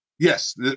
Yes